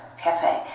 cafe